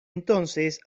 entonces